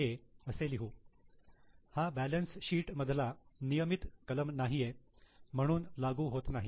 असे लिहू हा बॅलन्सशीट मधला नियमित कलम नाहीये म्हणून लागू होत नाही